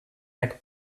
egg